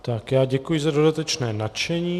Tak já děkuji za dodatečné načtení.